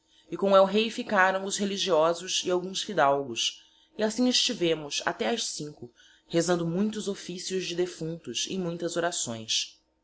e com el rei ficáraõ os religiosos e alguns fidalgos e assim estivemos até as cinco rezando muitos officios de defunctos e muitas orações